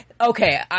Okay